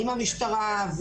עם המשטרה,